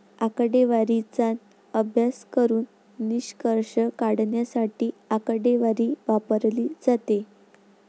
आकडेवारीचा अभ्यास करून निष्कर्ष काढण्यासाठी आकडेवारी वापरली जाते